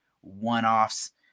one-offs